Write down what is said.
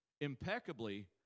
impeccably